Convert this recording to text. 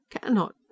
cannot